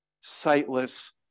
sightless